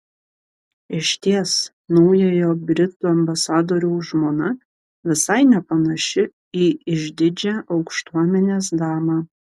išties naujojo britų ambasadoriaus žmona visai nepanaši į išdidžią aukštuomenės damą